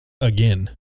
again